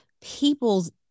people's